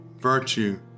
virtue